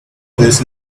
this